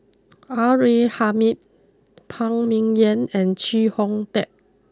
R A Hamid Phan Ming Yen and Chee Kong Tet